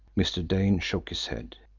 mr. dane shook his head.